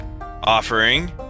offering